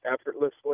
effortlessly